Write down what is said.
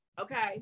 Okay